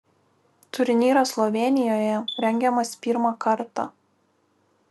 turnyras slovėnijoje rengiamas pirmą kartą